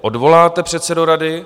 Odvoláte předsedu rady?